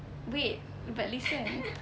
wait but listen